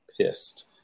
pissed